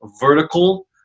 vertical